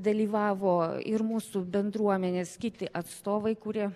dalyvavo ir mūsų bendruomenės kiti atstovai kurie